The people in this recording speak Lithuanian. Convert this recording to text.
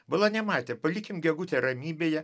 bala nematė palikim gegutę ramybėje